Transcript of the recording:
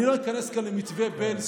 אני לא איכנס למתווה בעלז,